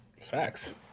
Facts